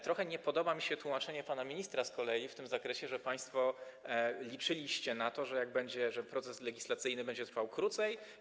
Trochę nie podoba mi się tłumaczenie pana ministra z kolei w tym zakresie, że państwo liczyliście na to, że proces legislacyjny będzie trwał krócej.